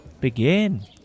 begin